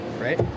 Right